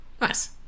Nice